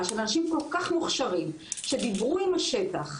של אנשים כל כך מוכשרים שדיברו עם השטח,